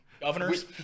Governors